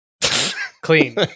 Clean